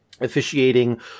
officiating